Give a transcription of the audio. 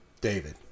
David